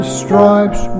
stripes